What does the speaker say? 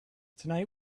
tonight